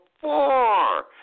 four